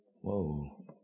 Whoa